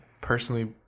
personally